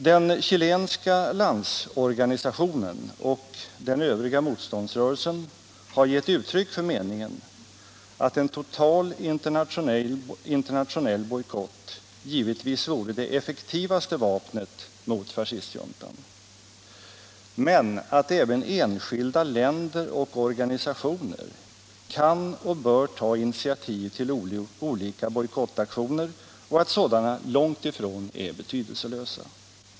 Den chilenska landsorganisationen och den övriga motståndsrörelsen har gett uttryck för meningen, att en total internationell bojkott givetvis vore det effektivaste vapnet mot fascistjuntan, men att även enskilda länder och organisationer kan och bör ta initiativ till olika bojkottaktioner och att sådana långt ifrån är betydelselösa.